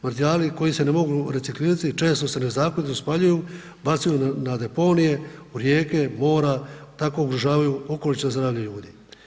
Materijali koji se ne mogu reciklirati često se nezakonito spaljuju, bacaju na deponije, u rijeke, mora, tako ugrožavaju okoliš i zdravlje ljudi.